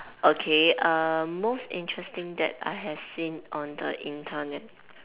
okay um most interesting that I have seen on the Internet